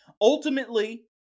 ultimately